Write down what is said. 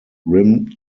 rim